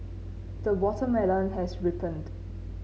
the watermelon has ripened